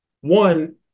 one